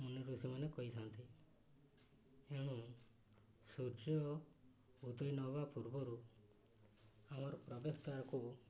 ମୁନି ଋଷିମାନେ କହିଥାନ୍ତି ଏଣୁ ସୂର୍ଯ୍ୟ ଉଦୟ ନ ହେବା ପୂର୍ବରୁ ଆମର ପ୍ରବେଶ ଦ୍ୱାରକୁ